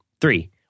three